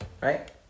right